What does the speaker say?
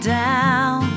down